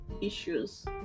issues